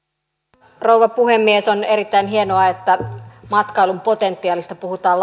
arvoisa rouva puhemies on erittäin hienoa että matkailun potentiaalista puhutaan